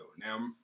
Now